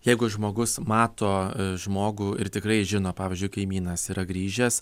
jeigu žmogus mato žmogų ir tikrai žino pavyzdžiui kaimynas yra grįžęs